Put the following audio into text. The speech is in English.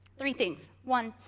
three things one,